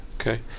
okay